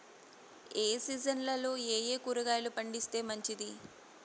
ఏ సీజన్లలో ఏయే కూరగాయలు పండిస్తే మంచిది